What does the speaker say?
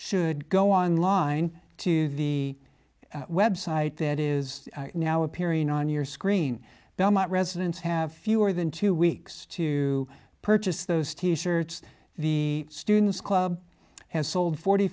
should go online to the website that is now appearing on your screen belmont residents have fewer than two weeks to purchase those t shirts the students club has sold forty